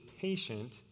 patient